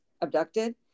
abducted